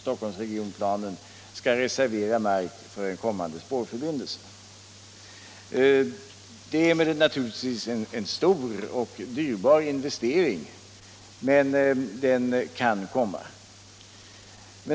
Stockholmsområdet att reservera mark för en kommande spårförbindelse. Det är naturligtvis en stor och dyrbar investering, men den kan komma att göras.